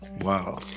wow